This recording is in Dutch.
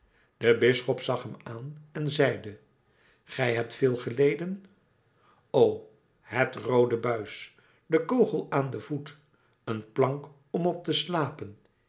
de bisschop zag hem aan en zeide gij hebt veel geleden o het roode buis de kogel aan den voet een plank om op te slapen